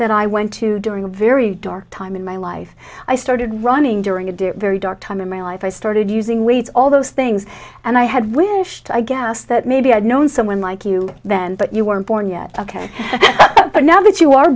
that i went to during a very dark time in my life i started running during a do very dark time in my life i started using weights all those things and i had wished i guess that maybe i'd known someone like you then but you weren't born yet ok but now that you are